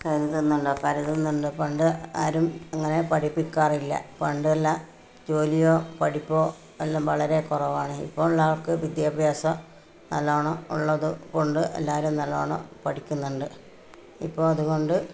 പരതുന്നുണ്ട് പണ്ട് ആരും അങ്ങനെ പഠിപ്പിക്കാറില്ല പണ്ടുള്ള ജോലിയോ പഠിപ്പോ എല്ലാം വളരെ കുറവാണ് ഇപ്പോള് ഉള്ളവര്ക്ക് വിദ്യാഭ്യാസം നല്ലോണ്ണം ഉള്ളത് കൊണ്ട് എല്ലാരും നല്ലവണ്ണം പഠിക്കുന്നുണ്ട് ഇപ്പോൾ അതുകൊണ്ട്